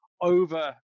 over